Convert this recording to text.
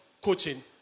coaching